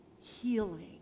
healing